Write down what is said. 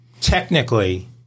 technically